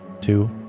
two